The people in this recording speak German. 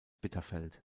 bitterfeld